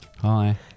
Hi